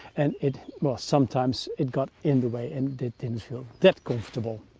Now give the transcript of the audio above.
and it sometimes it got in the way, and it didn't feel that comfortable.